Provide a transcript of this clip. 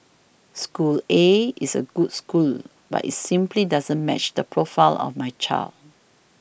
school A is a good school but it's simply doesn't match the profile of my child